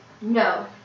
No